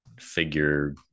figure